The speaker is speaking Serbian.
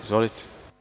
Izvolite.